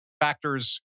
factors